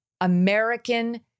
American